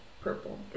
purple